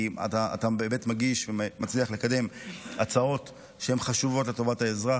כי אתה באמת מגיש ומצליח לקדם הצעות שהן חשובות לטובת האזרח.